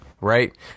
right